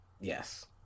Yes